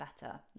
better